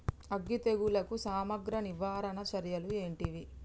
అగ్గి తెగులుకు సమగ్ర నివారణ చర్యలు ఏంటివి?